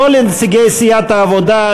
לא לנציגי סיעת העבודה,